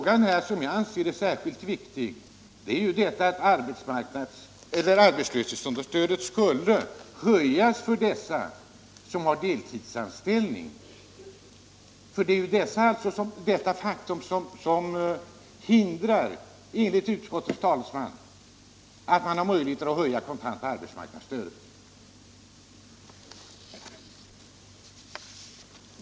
Vad jag anser vara viktigt är att arbetslöshetsunderstödet höjs för dem som har deltidsanställning. Det är ju det faktum att de har deltidsanställning som, enligt vad utskottets talesman säger, gör det omöjligt att höja det kontanta arbetsmarknadsstödet.